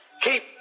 Keep